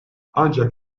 ancak